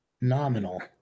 nominal